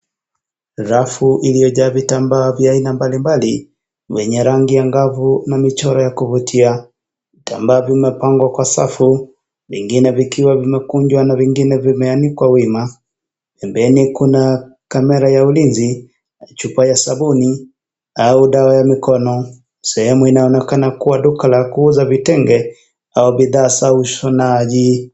Rafu iliyojaa vitambaa vya aina mbalimbali, yenye rangi angavu na michoro ya kuvutia, vitambaa vimepangwa kwa safu vingine vikiwa vimekunjwa na vingine vimeanikwa wima. Pembeni kuna camera ya ulinzi, chupa ya sabuni au dawa ya mikono sehemu inaonekana kuwa duka la kuuza vitenge au bidhaa za ushonaji.